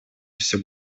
все